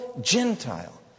Gentile